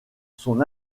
son